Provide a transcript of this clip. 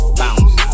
bounce